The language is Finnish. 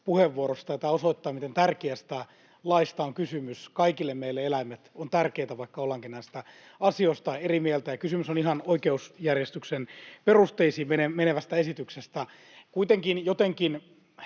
puheenvuoroista. Tämä osoittaa, miten tärkeästä laista on kysymys. Kaikille meille eläimet ovat tärkeitä, vaikka ollaankin näistä asioista eri mieltä, ja kysymys on ihan oikeus-järjestyksen perusteisiin menevästä esityksestä. Kuitenkin jotenkin